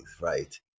right